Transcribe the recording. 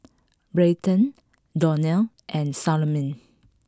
Bryton Donal and Salome